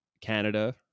Canada